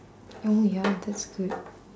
oh ya that's good